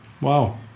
Wow